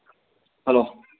hello